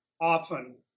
often